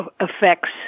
effects